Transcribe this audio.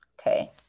Okay